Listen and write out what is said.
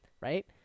right